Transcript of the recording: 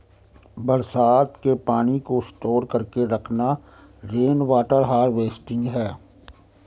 बरसात के पानी को स्टोर करके रखना रेनवॉटर हारवेस्टिंग है